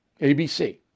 ABC